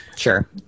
Sure